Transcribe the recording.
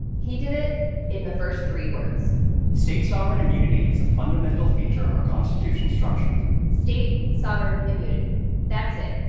he did it in the first three words state sovereign immunity is a fundamental feature of our constitution's structure state sovereign immunity that's it.